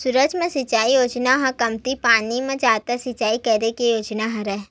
सुक्ष्म सिचई योजना ह कमती पानी म जादा सिचई करे के योजना हरय